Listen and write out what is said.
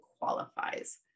qualifies